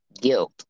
guilt